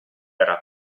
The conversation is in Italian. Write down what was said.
era